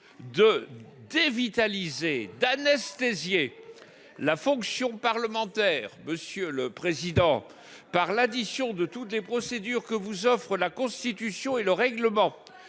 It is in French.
de dévitaliser et d'anesthésier la fonction parlementaire, monsieur le président, par l'addition de toutes les procédures que vous offrent la Constitution et le règlement